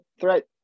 threat